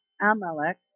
Amalek